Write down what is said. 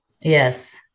Yes